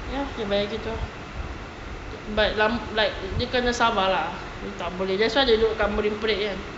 ya dia bayar gitu ah but like dia kena sabar lah dia tak boleh that's why dia duduk kat marine parade jer